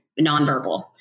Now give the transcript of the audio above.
nonverbal